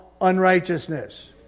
unrighteousness